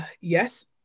yes